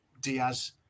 diaz